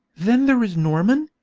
then there is norman,